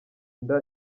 inda